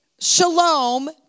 shalom